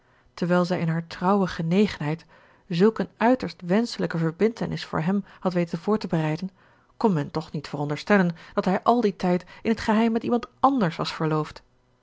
terwijl zij in haar trouwe genegenheid zulk een uiterst wenschelijke verbintenis voor hem had weten voor te bereiden kon men toch niet veronderstellen dat hij al dien tijd in t geheim met iemand anders was verloofd